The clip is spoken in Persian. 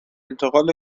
انتقال